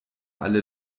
alle